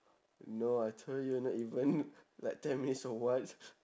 no I told you not even like ten minutes or what